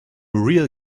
real